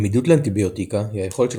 עמידות לאנטיביוטיקה היא היכולת של